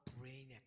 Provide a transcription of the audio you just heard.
brain